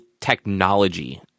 technology